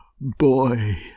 boy